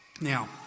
Now